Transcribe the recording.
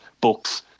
books